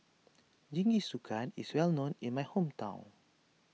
Jingisukan is well known in my hometown